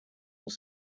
will